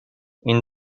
این